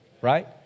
right